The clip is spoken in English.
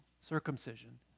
circumcision